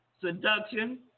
seduction